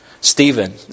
Stephen